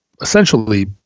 essentially